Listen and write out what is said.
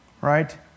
right